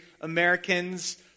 Americans